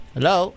Hello